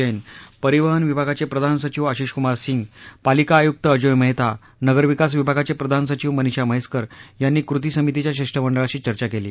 जैन परिवहन विभाराचिं प्रधत्रि सचिव आशीषकुमविसिंह पातिक आयुक्त अजोय मेहता व नगरविकसि विभागाचे प्रधनि सचिव मनीष उंहैसकर याती कृती समितीच्या शिष्टमंडळशी चच केली